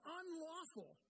unlawful